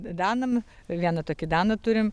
danam vieną tokį daną turim